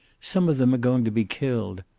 some of them are going to be killed.